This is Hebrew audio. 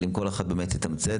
אבל אם כל אחד באמת יתמצת.